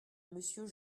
monsieur